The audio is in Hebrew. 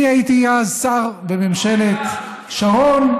אני הייתי אז שר בממשלת שרון.